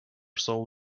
sold